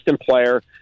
player